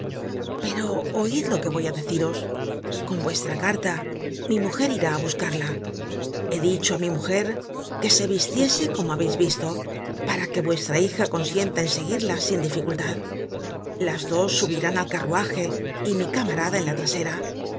pero oid lo que voy á deciros con vuestra carta mi mujer irá á buscarla he dicho á mi mujer que se vistiese como habeis visto para que vuestra hija consienta en seguirla sin dificultad las dos subirán al carruaje y mi camarada en la trasera